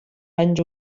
banys